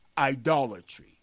idolatry